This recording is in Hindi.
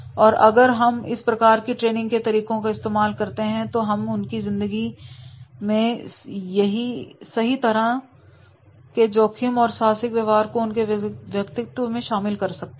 और अगर हम इस प्रकार के ट्रेनिंग के तरीकों का इस्तेमाल करते हैं तो इससे हम उनकी जिंदगी में सही तरह के जोखिम और साहसिक व्यवहार को उनके व्यक्तित्व में शामिल कर सकते हैं